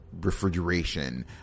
refrigeration